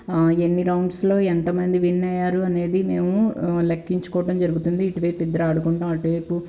ఎన్ని రౌండ్స్లో ఎంత మంది విన్ అయ్యారు అనేది మేము లెక్కించుకోవటం జరుగుతుంది ఇటువైపు ఇద్దరు ఆడుకుంటాం అటువైపు